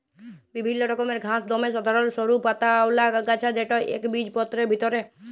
বিভিল্ল্য রকমের ঘাঁস দমে সাধারল সরু পাতাআওলা আগাছা যেট ইকবিজপত্রের ভিতরে